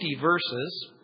verses